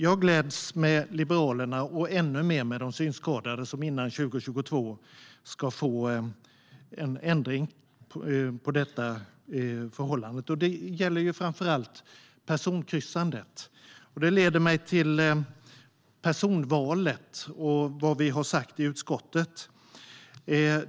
Jag gläds med Liberalerna och ännu mer med de synskadade som innan 2022 ska få en ändring på detta förhållande. Det gäller framför allt personkryssandet. Det leder mig till personvalet och vad vi har sagt i utskottet.